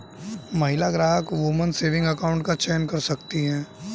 महिला ग्राहक woman saving account का चयन कर सकती है